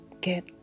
get